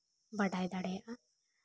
ᱵᱟᱰᱟᱭ ᱫᱟᱲᱮᱭᱟᱜᱼᱟ